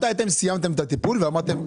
מתי סיימתם את הטיפול ואמרתם,